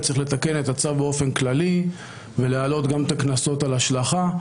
צריכים לתקן את הצו באופן כללי ולהעלות גם את הקנסות על השלכה.